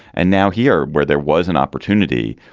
and now here where there was an opportunity,